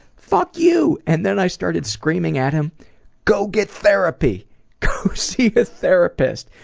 fuck you! and then i started screaming at him go get therapy! go see a therapist!